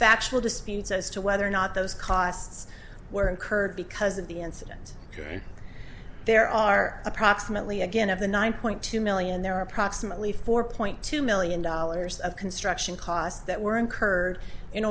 bachelor disputes as to whether or not those costs were incurred because of the incident there are approximately again of the nine point two million there are approximately four point two million dollars of construction costs that were incurred in